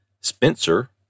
Spencer